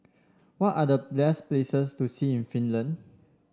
what are the places to see in Finland